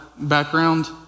background